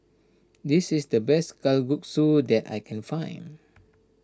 this is the best Kalguksu that I can find